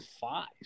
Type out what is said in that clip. five